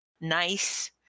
nice